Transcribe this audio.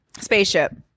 Spaceship